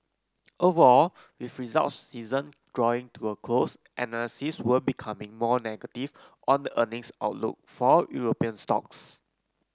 overall with results season drawing to a close analysts were becoming more negative on the earnings outlook for European stocks